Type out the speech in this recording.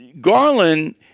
Garland